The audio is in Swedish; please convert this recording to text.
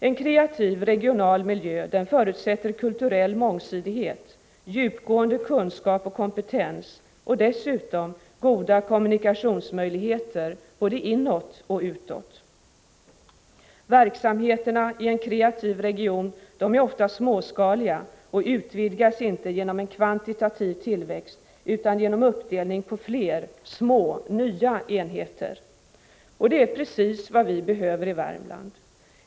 En kreativ regional miljö förutsätter kulturell mångsidighet, djupgående kunskap och kompetens och dessutom goda kommunikationer både inåt och utåt. Verksamheterna i en kreativ region är ofta småskaliga och utvidgas inte genom kvantitativ tillväxt utan genom uppdelning på fler, små, nya enheter. Det är precis vad vi behöver i Värmland.